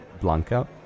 Blanca